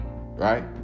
right